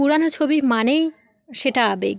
পুরানো ছবি মানেই সেটা আবেগ